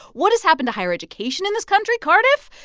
what has happened to higher education in this country, cardiff?